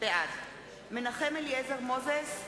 בעד מנחם אליעזר מוזס,